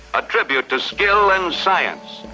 a tribute to skill and science,